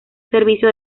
servicio